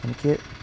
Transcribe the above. എനിക്ക്